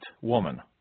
woman